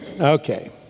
Okay